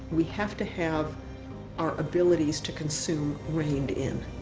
we have to have our abilities to consume reined in.